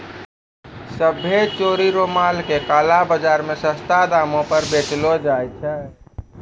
सभ्भे चोरी रो माल के काला बाजार मे सस्तो दामो पर बेचलो जाय छै